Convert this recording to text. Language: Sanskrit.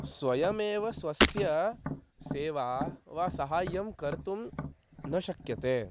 स्वयमेव स्वस्य सेवा वा सहाय्यं कर्तुं न शक्यते